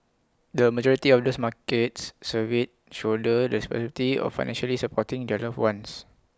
the majority of those markets surveyed shoulder the responsibility of financially supporting their loved ones